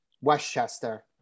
Westchester